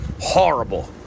horrible